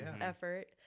effort